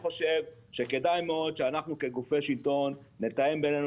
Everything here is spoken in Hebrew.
שכדאי מאוד שאנחנו כגופי שלטון נתאם בינינו